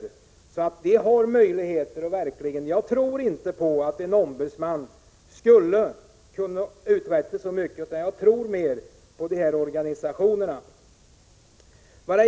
Där finns alltså verkligen möjligheter. Jag tror inte att en ombudsman skulle kunna uträtta så mycket, utan jag tror mer på organisationerna.